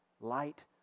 light